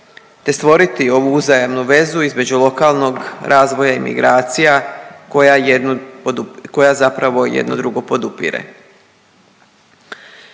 te stvoriti uzajamnu vezu između lokalnog razvoja i migracije, tako da jedno drugo podupire.